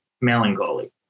melancholy